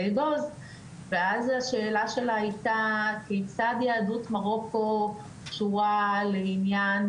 אגוז ואז השאלה שלה הייתה: 'כיצד יהדות מרוקו קשורה לעניין